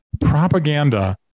propaganda